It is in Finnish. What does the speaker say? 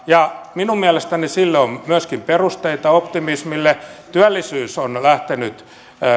minun mielestäni on myöskin perusteita optimismille työllisyys on lähtenyt